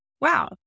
wow